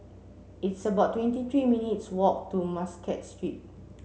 it's about twenty three minutes' walk to Muscat Street